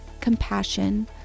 compassion